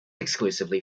exclusively